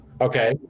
Okay